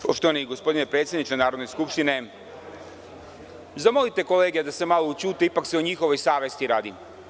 Poštovani gospodine predsedniče Narodne skupštine, zamolite kolege da se malo ućute ipak se o njihovoj savesti radi.